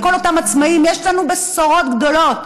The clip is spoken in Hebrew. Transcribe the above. לכל אותם עצמאים: יש לנו בשורות גדולות,